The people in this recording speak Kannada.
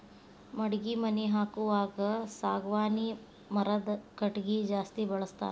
ಮಡಗಿ ಮನಿ ಹಾಕುವಾಗ ಸಾಗವಾನಿ ಮರದ ಕಟಗಿ ಜಾಸ್ತಿ ಬಳಸ್ತಾರ